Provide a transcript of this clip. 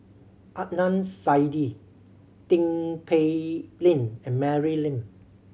Adnan Saidi Tin Pei Ling and Mary Lim